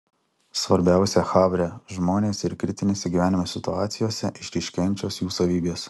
svarbiausia havre žmonės ir kritinėse gyvenimo situacijose išryškėjančios jų savybės